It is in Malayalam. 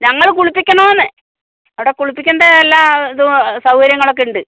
ഞങ്ങൾ കുളിപ്പിക്കണോ എന്ന് അവിടെ കുളിപ്പിക്കേണ്ട എല്ലാ ഇതും സൗകര്യങ്ങൾ ഒക്കെ ഉണ്ട്